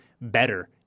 better